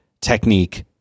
technique